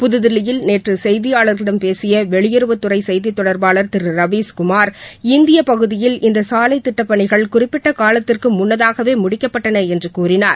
புதுதில்லியில் நேற்று செய்தியாளர்களிடம் பேசிய வெளியுறவுத்துறை செய்தித் தொடர்பாளர் திரு ரவீஸ்குமார் இந்திய பகுதியில் இந்த சாலை திட்டப் பணிகள் குறிப்பிட்ட காலத்திற்கு முன்னதாகவே முடிக்கப்பட்டன என்று கூறினார்